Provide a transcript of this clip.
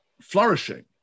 flourishing